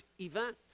event